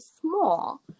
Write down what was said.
small